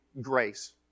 grace